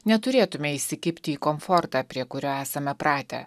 neturėtume įsikibti į komfortą prie kurio esame pratę